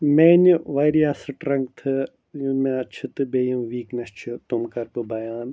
میٛانہِ واریاہ سٕٹرَنٛگتھٕ یِم مےٚ چھِ تہٕ بیٚیہِ یِم ویٖکنٮ۪س چھِ تِم کَرٕ بہٕ بیان